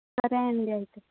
సరే అండి అయితే